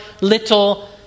little